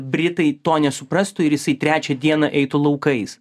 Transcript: britai to nesuprastų ir jisai trečią dieną eitų laukais